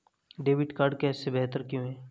Debit card cash से बेहतर क्यों है?